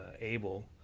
able